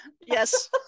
Yes